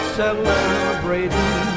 celebrating